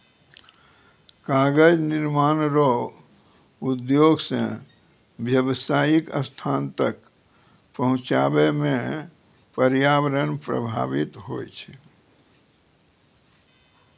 कागज निर्माण रो उद्योग से व्यावसायीक स्थान तक पहुचाबै मे प्रर्यावरण प्रभाबित होय छै